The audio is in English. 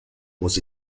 was